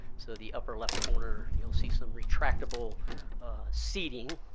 so the upper left corner, you'll see some retractable seating.